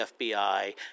FBI